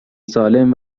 سالم